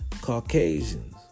Caucasians